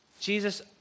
Jesus